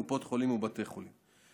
קופות חולים ובתי חולים.